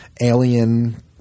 alien